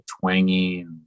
twangy